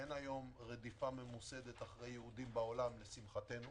אין היום רדיפה ממוסדת אחרי יהודים בעולם, לשמחנו,